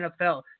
NFL